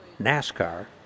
NASCAR